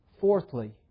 fourthly